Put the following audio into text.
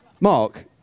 Mark